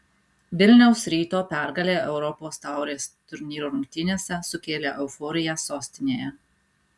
vilniaus ryto pergalė europos taurės turnyro rungtynėse sukėlė euforiją sostinėje